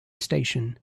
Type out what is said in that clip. station